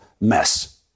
mess